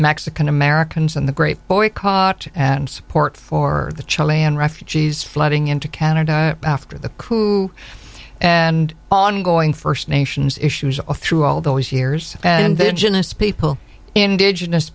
mexican americans and the great boycott and support for the chilean refugees flooding into canada after the coup and ongoing first nations issues all through all those years and then generous people indigenous